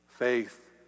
faith